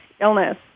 illness